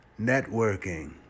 networking